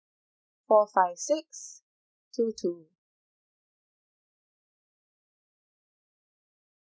four five six two two